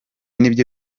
nibyo